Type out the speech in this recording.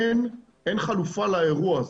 אין חלופה לאירוע הזה.